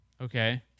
Okay